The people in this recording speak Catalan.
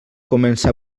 començar